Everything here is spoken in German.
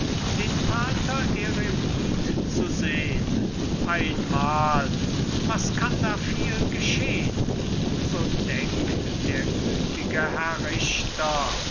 den pater eremit zu sehn einmal was kann da viel geschehn so denkt der gütige herr richter